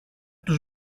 τους